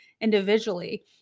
individually